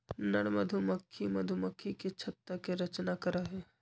नर मधुमक्खी मधुमक्खी के छत्ता के रचना करा हई